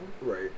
Right